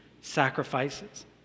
sacrifices